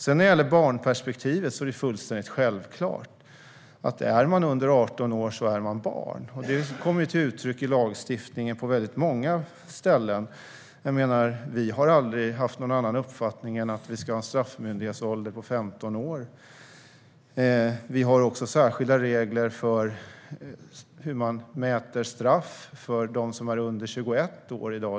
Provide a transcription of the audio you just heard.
När det gäller barnperspektivet: Det är fullständigt självklart att man är barn om man är under 18 år. Det kommer till uttryck i lagstiftningen på väldigt många ställen. Vi har aldrig haft någon annan uppfattning än att vi ska ha en straffmyndighetsålder på 15 år. Vi har också särskilda regler för hur man mäter straff för dem som är under 21 år i dag.